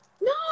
no